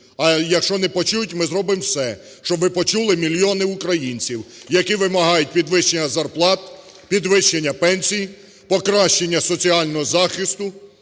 а якщо не почують, ми зробимо все, щоб ви почули мільйони українців, які вимагають підвищення зарплат, підвищення пенсій, покращення соціального захисту,